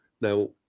Now